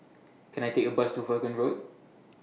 Can I Take A Bus to Vaughan Road